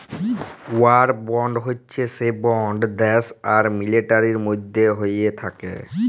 war bond হচ্যে সে bond দ্যাশ আর মিলিটারির মধ্যে হ্য়েয় থাক্যে